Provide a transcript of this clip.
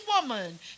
woman